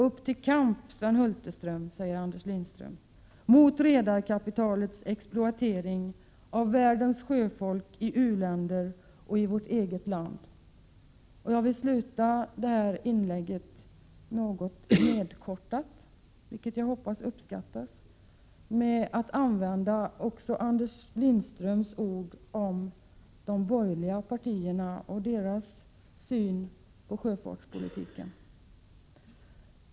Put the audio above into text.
Upp till kamp Sven Hulterström — mot redarkapitalets exploatering av världens sjöfolk i u-länder och i vårt eget land.” Jag skall avsluta mitt inlägg — något nedkortat, vilket jag hoppas uppskattas — med att använda Anders Lindströms ord om de borgerliga partierna och deras syn på sjöfartspolitiken.